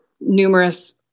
numerous